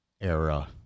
era